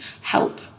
help